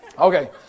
Okay